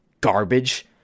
garbage